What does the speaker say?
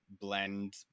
blend